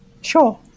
sure